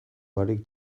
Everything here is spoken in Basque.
barik